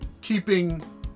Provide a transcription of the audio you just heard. keeping